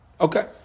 Okay